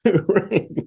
right